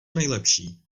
nejlepší